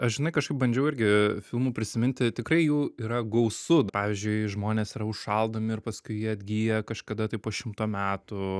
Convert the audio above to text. aš žinai kažkaip bandžiau irgi filmų prisiminti tikrai jų yra gausu pavyzdžiui žmonės yra užšaldomi ir paskui jie atgyja kažkada tai po šimto metų